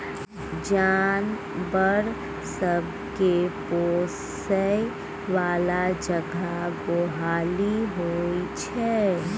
जानबर सब केँ पोसय बला जगह गोहाली होइ छै